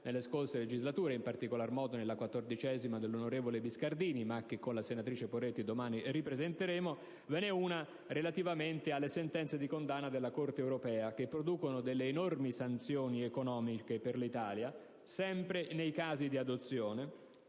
dalle scorse legislature, come - in particolar modo nella XIV legislatura quella dell'onorevole Biscardini, che con la senatrice Poretti domani ripresenteremo - e ve n'è una relativamente alle sentenze di condanna della Corte europea, che producono delle enormi sanzioni economiche per l'Italia sempre nei casi di adozione,